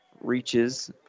reaches